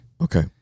Okay